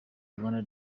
rwanda